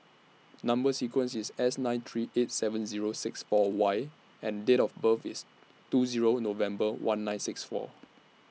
Number sequence IS S nine three eight seven Zero six four Y and Date of birth IS two Zero November one nine six four